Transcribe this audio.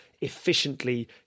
efficiently